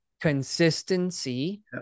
Consistency